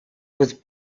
was